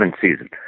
season